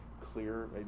clear